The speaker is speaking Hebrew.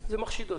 זה מחשיד.